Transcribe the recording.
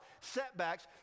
setbacks